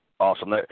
Awesome